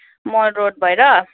मल road भएर